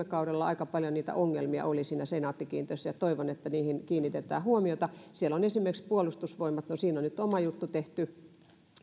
kaudella aika paljon niitä ongelmia oli siinä senaatti kiinteistöissä ja toivon että niihin kiinnitetään huomiota siellä on esimerkiksi puolustusvoimat no siinä on nyt oma juttu tehty